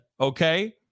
okay